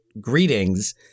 greetings